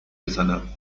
بزنم